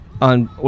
on